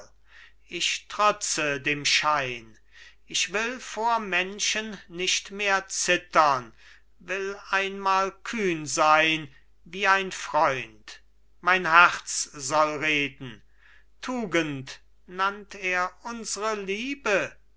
ich trotze dem schein ich will vor menschen nicht mehr zittern will einmal kühn sein wie ein freund mein herz soll reden tugend nannt er unsre liebe